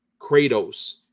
Kratos